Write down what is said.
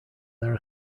their